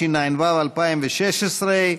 התשע"ו 2016,